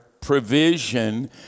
provision